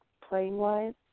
playing-wise